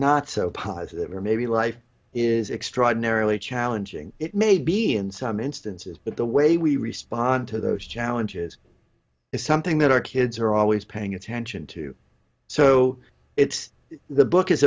not so positive or maybe life is extraordinarily challenging it may be in some instances but the way we respond to those challenges is something that our kids are always paying attention to so it's the book is